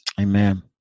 Amen